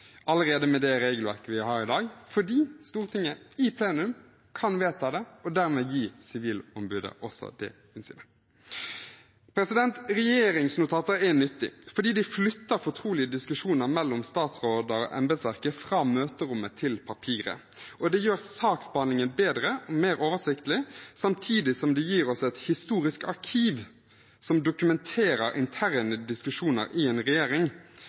allerede med det regelverket vi har i dag fordi Stortinget i plenum kan vedta det og dermed gi Sivilombudet det innsynet. Regjeringsnotater er nyttig, fordi de flytter fortrolige diskusjoner mellom statsråder og embetsverket fra møterommet til papiret. Det gjør saksbehandlingen bedre, mer oversiktlig, samtidig som de gir oss et historisk arkiv som dokumenterer interne diskusjoner i en regjering.